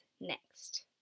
next